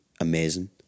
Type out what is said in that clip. amazing